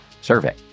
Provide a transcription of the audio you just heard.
survey